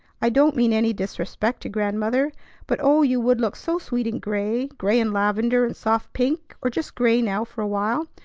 i don't mean any disrespect to grandmother but oh, you would look so sweet in gray, gray and lavender and soft pink, or just gray now for a while.